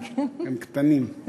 הם קטנים.